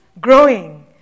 growing